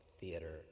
theater